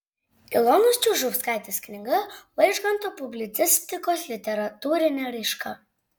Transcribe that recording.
ilonos čiužauskaitės knyga vaižganto publicistikos literatūrinė raiška